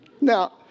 Now